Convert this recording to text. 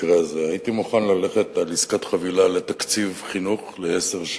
במקרה הזה הייתי מוכן ללכת על עסקת חבילה לתקציב חינוך לעשר שנים.